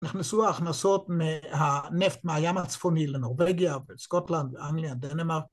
‫נכנסו ההכנסות מהנפט מהים הצפוני ‫לנורבגיה ולסקוטלנד ואנגליה, דנמרד.